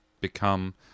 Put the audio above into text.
become